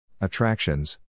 attractions